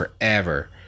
forever